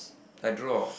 I draw